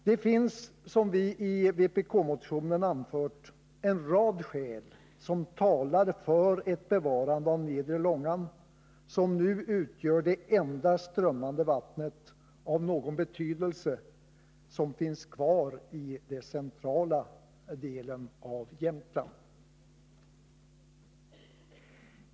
Det finns, som vi i vpk-motionen anfört, en rad skäl som talar för ett bevarande av nedre Långan, som nu utgör det enda strömmande vattnet av någon betydelse som finns kvar i den centrala delen av Jämtland.